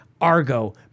Argo